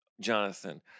Jonathan